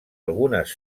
algunes